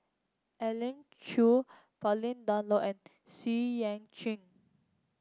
Elim Chew Pauline Dawn Loh and Xu Yuan Zhen